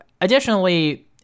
Additionally